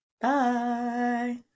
Bye